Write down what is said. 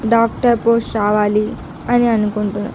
doctor post రావాలి అని అనుకుంటాం